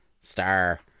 star